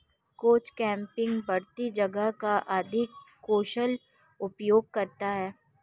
catch cropping बढ़ती जगह का अधिक कुशल उपयोग करता है